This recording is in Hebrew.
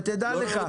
תדע לך,